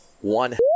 one